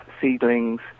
seedlings